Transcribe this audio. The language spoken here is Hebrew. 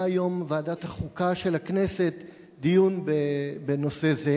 היום ועדת החוקה של הכנסת דיון בנושא הזה,